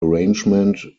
arrangement